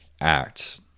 act